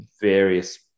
various